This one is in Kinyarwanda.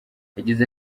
yagize